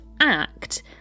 act